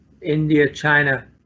India-China